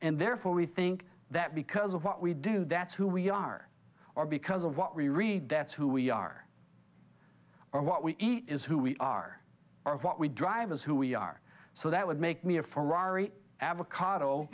and therefore we think that because of what we do that's who we are or because of what we read that's who we are or what we eat is who we are or what we drive as who we are so that would make me a ferrari avocado